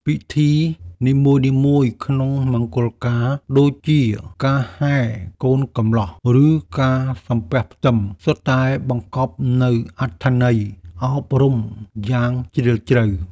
កិច្ចពិធីនីមួយៗក្នុងមង្គលការដូចជាការហែកូនកំលោះ ឬការសំពះផ្ទឹម សុទ្ធតែបង្កប់នូវអត្ថន័យអប់រំយ៉ាងជ្រាលជ្រៅ។